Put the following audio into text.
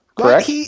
Correct